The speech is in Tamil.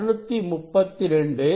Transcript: அது 632